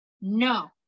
No